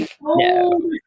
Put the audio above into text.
No